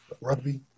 rugby